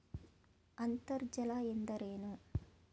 ಅಂತರ್ಜಲ ಎಂದರೇನು?